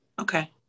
okay